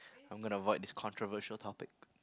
I'm gonna to void this controversial topic